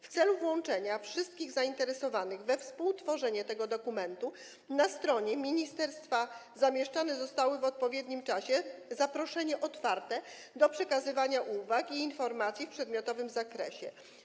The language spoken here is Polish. W celu włączenia wszystkich zainteresowanych we współtworzenie tego dokumentu na stronie ministerstwa zamieszczone zostało w odpowiednim czasie zaproszenie otwarte do przekazywania uwag i informacji w przedmiotowym zakresie.